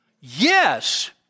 Yes